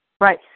Right